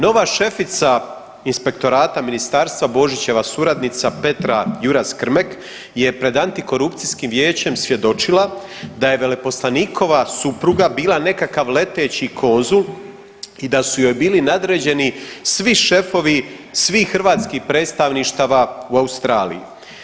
Nova šefica inspektorata ministarstva Božićeva suradnica Petra Juras Krmek je pred Antikorupcijskim vijećem svjedočila da je veleposlanikova supruga bila nekakav leteći konzul i da su joj bili nadređeni svi šefovi svih hrvatskih predstavništava u Australiji.